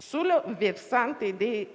Sul versante dei